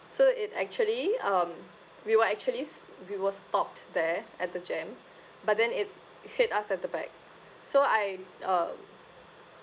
so it actually um we were actually s~ we were stopped there at the jam but then it hit us at the back so I um